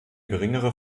geringere